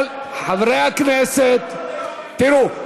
אבל, חברי הכנסת, תראו,